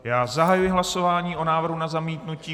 Já zahajuji hlasování o návrhu na zamítnutí.